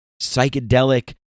psychedelic